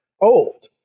old